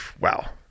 wow